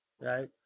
right